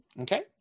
Okay